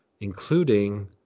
including